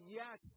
yes